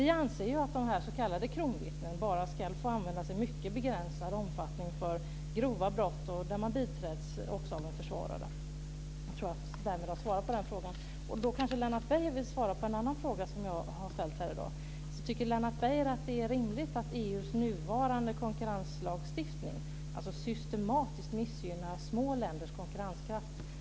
Vi anser att de här s.k. kronvittnena bara ska få användas i mycket begränsad omfattning för grova brott där man också biträds av en försvarare. Jag tror att jag därmed har svarat på den frågan. Då kanske Lennart Beijer kan svara på en annan fråga som jag har ställt här i dag. Tycker Lennart Beijer att det är rimligt att EU:s nuvarande konkurrenslagstiftning systematiskt missgynnar små länders konkurrenskraft?